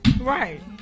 Right